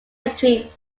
between